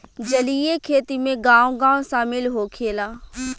जलीय खेती में गाँव गाँव शामिल होखेला